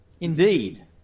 Indeed